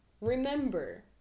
Remember